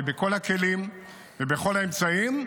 בכל הכלים ובכל האמצעים,